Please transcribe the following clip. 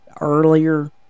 earlier